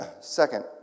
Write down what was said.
Second